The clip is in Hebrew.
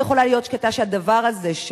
אני יכולה להיות שקטה שהדבר הזה,